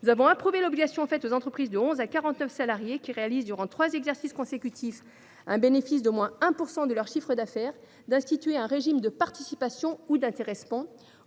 Nous avons approuvé l’obligation faite aux entreprises de 11 à 49 salariés qui réalisent durant trois exercices consécutifs un bénéfice d’au moins 1 % de leur chiffre d’affaires d’instaurer un régime de participation ou d’intéressement,